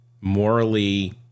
morally